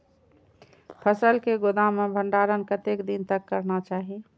फसल के गोदाम में भंडारण कतेक दिन तक करना चाही?